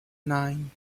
nine